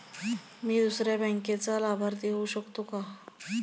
मी दुसऱ्या बँकेचा लाभार्थी होऊ शकतो का?